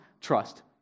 trust